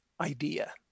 idea